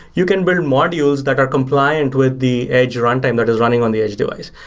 you can build modules that are compliant with the edge runtime that is running on the edge device.